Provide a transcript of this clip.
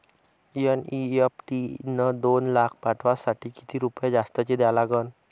NEFT न दोन लाख पाठवासाठी किती रुपये जास्तचे द्या लागन?